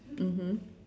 mmhmm